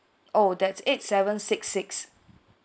oh that's eight seven six six